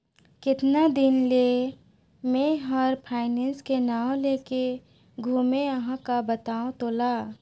केतना दिन ले मे हर फायनेस के नाव लेके घूमें अहाँ का बतावं तोला